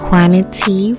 Quantity